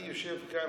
אני יושב כאן,